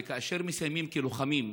שהם מסיימים כלוחמים,